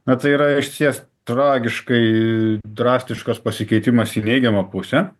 na tai yra išties tragiškai drastiškas pasikeitimas į neigiamą pusę